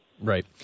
Right